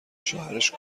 شوهرش